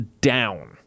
down